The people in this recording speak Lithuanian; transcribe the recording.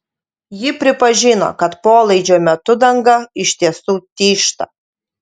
ji pripažino kad polaidžio metu danga iš tiesų tyžta